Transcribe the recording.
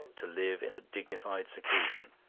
to live in a dignified seclusion,